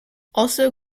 also